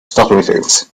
statunitense